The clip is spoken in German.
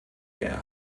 der